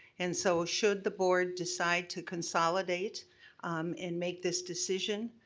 and so, should the board decide to consolidate and make this decision,